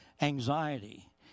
anxiety